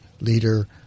leader